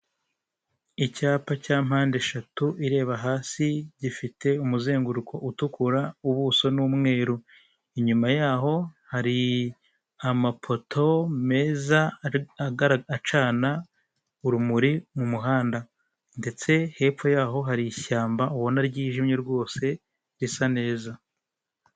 Umugore wambaye ikanzu y'amabara impande ye umusore uhetse igikapu cy'umutuku imbere yabo hari umugabo wambaye imyenda y'icyatsi kibisi, ushinzwe umutekano inyuma yabo inyubako ndende ikorerwamo ubucuruzi.